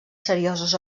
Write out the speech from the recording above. serioses